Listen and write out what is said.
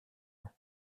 ans